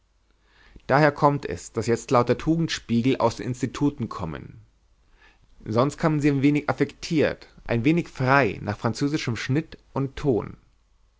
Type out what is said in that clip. daher kommt es daß jetzt lauter tugendspiegel aus den instituten kommen sonst kamen sie ein wenig affektiert ein wenig frei nach französischem schnitt und ton